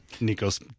Nico's